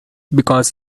because